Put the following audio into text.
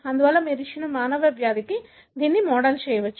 అందువల్ల మీరు ఇచ్చిన మానవ వ్యాధికి దీనిని మోడల్ చేయవచ్చు